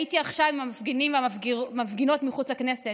הייתי עכשיו עם המפגינים ועם המפגינות מחוץ לכנסת.